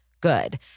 good